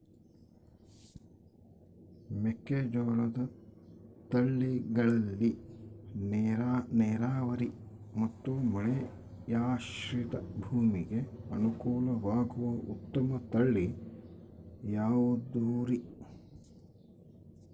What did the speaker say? ಮೆಕ್ಕೆಜೋಳದ ತಳಿಗಳಲ್ಲಿ ನೇರಾವರಿ ಮತ್ತು ಮಳೆಯಾಶ್ರಿತ ಭೂಮಿಗೆ ಅನುಕೂಲವಾಗುವ ಉತ್ತಮ ತಳಿ ಯಾವುದುರಿ?